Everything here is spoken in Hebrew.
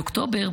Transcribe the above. באוקטובר,